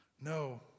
No